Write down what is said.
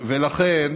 ולכן